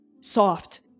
soft